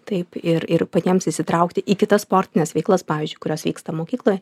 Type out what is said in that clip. taip ir ir patiems įsitraukti į kitas sportines veiklas pavyzdžiui kurios vyksta mokykloje